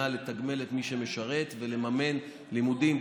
לתגמל את מי שמשרת ולממן לימודים,